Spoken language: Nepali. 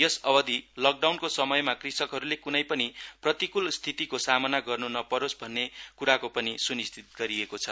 यस अवधि लकडाउनको समयमा कृषकहरूले क्नै पनि प्रतिकूल स्थितिको सामना गर्न् नपरोस् भन्ने क्राको पनि स्निश्चित गरिएको छ